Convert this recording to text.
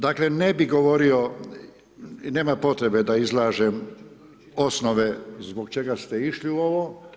Dakle, ne bih govorio i nema potrebe da izlažem osnove zbog čega ste išli u ovo.